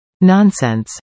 Nonsense